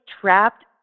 trapped